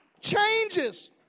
changes